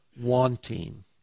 wanting